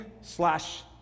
slash